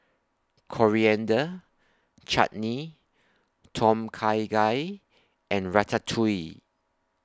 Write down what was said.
Coriander Chutney Tom Kha Gai and Ratatouille